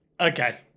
Okay